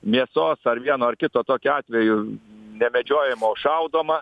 mėsos ar vieno ar kito tokiu atveju nemedžiojama o šaudoma